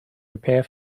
prepare